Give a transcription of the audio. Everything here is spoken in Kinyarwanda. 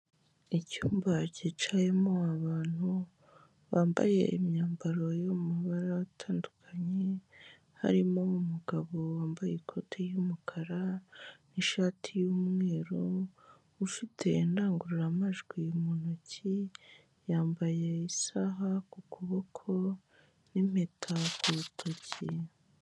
Icyumba cyicayemo abantu bambaye imyambaro yo mu mabara atandukanye, harimo umugabo wambaye ikoti ry'umukara n'ishati y'umweru, ufite indangururamajwi mu ntoki, yambaye isaha ku kuboko n'impeta ku rutoki.